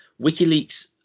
WikiLeaks